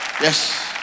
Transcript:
Yes